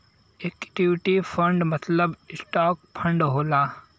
equity fund मतलब stock fund होला